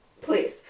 please